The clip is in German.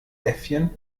äffchen